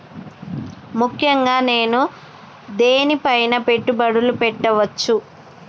ముఖ్యంగా నేను దేని పైనా పెట్టుబడులు పెట్టవచ్చు?